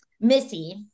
missy